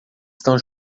estão